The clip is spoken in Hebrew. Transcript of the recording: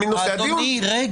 ה-14,